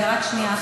רק שנייה.